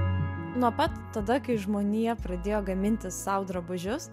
nuo pat tada kai žmonija pradėjo gamintis sau drabužius